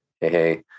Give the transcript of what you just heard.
hey